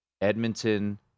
Edmonton